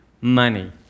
money